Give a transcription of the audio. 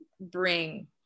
bring